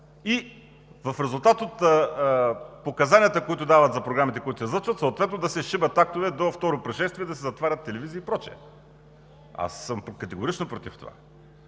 и в резултат от показанията, които дават за програмите, които се излъчват, съответно да се „шибат“ актове до второ пришествие, да се затварят телевизии и прочие. Аз съм категорично против това!